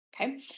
Okay